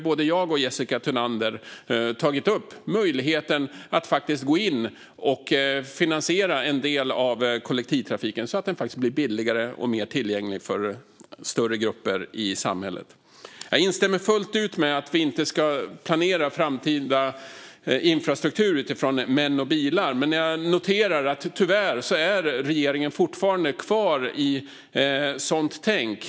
Både jag och Jessica Thunander har tagit upp möjligheten att gå in och finansiera en del av kollektivtrafiken så att den blir billigare och mer tillgänglig för större grupper i samhället. Jag instämmer fullt ut i att vi inte ska planera framtida infrastruktur utifrån män och bilar, men jag noterar att regeringen tyvärr fortfarande är kvar i sådant tänk.